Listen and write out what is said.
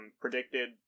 predicted